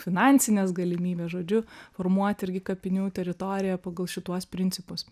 finansines galimybes žodžiu formuoti irgi kapinių teritoriją pagal šituos principus